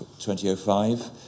2005